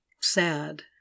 sad